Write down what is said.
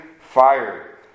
fire